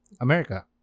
America